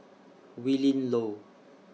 Willin Low